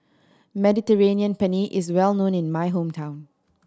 Mediterranean Penne is well known in my hometown